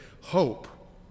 Hope